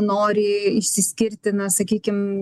nori išsiskirti na sakykim